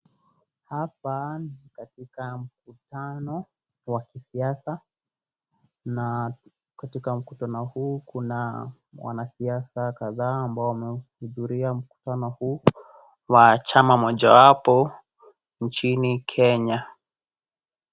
Hapa ni katika mkutano wa kisiasa, na katika mkutano huu kuna wanasiasa kadhaa ambao wamehudhuria mkutano huu wa chama mojawapo nchini Kenya.